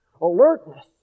alertness